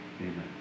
Amen